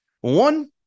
One